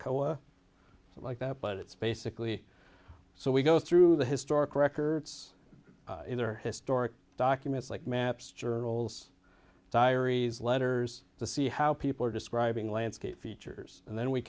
koala like that but it's basically so we go through the historic records in their historic documents like maps journals diaries letters to see how people are describing landscape features and then we